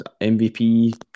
MVP